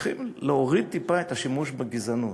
צריכים להוריד טיפה את השימוש ב"גזענות".